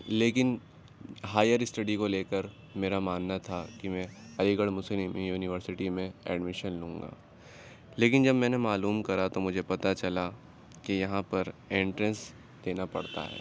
لیکن higher study کو لے کر میرا ماننا تھا کہ میں علی گڑھ مسلم یونیورسٹی میں ایڈمیشن لوں گا لیکن جب میں نے معلوم کرا تو مجھے پتہ چلا کہ یہاں پر اینٹرنس دینا پڑتا ہے